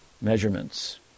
measurements